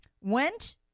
went